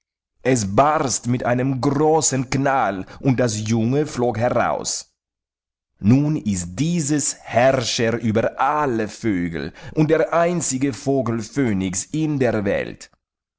es barst mit einem großen knall und das junge flog heraus nun ist dieses herrscher über alle vögel und der einzige vogel phönix in der welt